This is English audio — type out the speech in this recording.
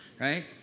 right